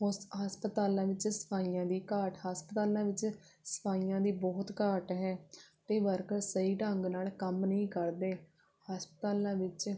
ਹੋਸ ਹਸਪਤਾਲਾਂ ਵਿਚ ਸਫ਼ਾਈਆਂ ਦੀ ਘਾਟ ਹਸਪਤਾਲਾਂ ਵਿੱਚ ਸਫ਼ਾਈਆਂ ਦੀ ਬਹੁਤ ਘਾਟ ਹੈ ਕਈ ਵਰਕਰ ਸਹੀ ਢੰਗ ਨਾਲ ਕੰਮ ਨਹੀਂ ਕਰਦੇ ਹਸਪਤਾਲਾਂ ਵਿੱਚ